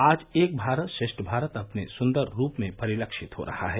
आज एक भारत श्रेष्ठ भारत अपने सुन्दर रूप में परिलक्षित हो रहा है